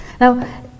now